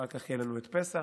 ואחר כך יהיה לנו את פסח.